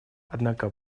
однако